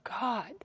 God